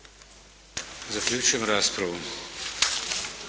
Zaključujem raspravu.